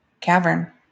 cavern